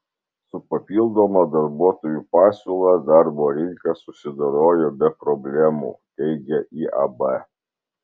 su papildoma darbuotojų pasiūla darbo rinka susidorojo be problemų teigia iab